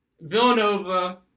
Villanova